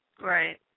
Right